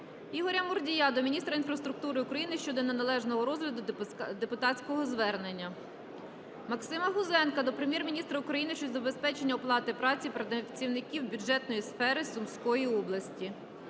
Ігоря Мурдія до міністра інфраструктури України щодо неналежного розгляду депутатського звернення. Максима Гузенка до Прем'єр-міністра України щодо забезпечення оплати праці працівників бюджетної сфери Сумської області.